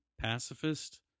pacifist